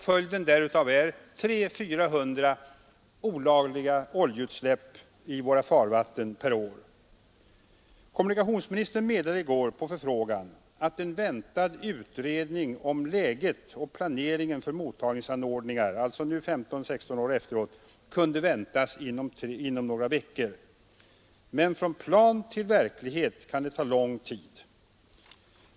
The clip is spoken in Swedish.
Följden har blivit 300-400 olagliga oljeutsläpp i Nr 42 våra farvatten per år. Onsdagen den Kommunikationsministern meddelade i går på förfrågan att en väntad 14 mars 1973 utredning om läget för och planerandet av mottagningsanordningar nu — 15 år efter det att regler därom infördes — kan väntas inom några veckor. Men från plan till verklighet kan det ta lång tid.